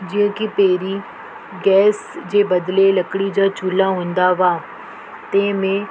जीअं की पहिरीं गैस जे बैदि लकिड़ी जा चूल्हा हूंदा हुआ तंहिंमें